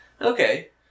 okay